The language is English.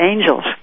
angels